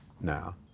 now